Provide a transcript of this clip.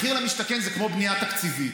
מחיר למשתכן זה כמו בנייה תקציבית.